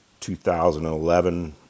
2011